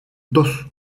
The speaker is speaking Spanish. dos